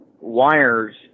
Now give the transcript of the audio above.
wires